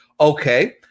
okay